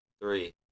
three